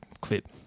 clip